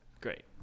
Great